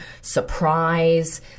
surprise